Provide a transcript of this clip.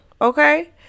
Okay